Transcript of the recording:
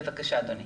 בבקשה אדוני.